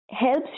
helps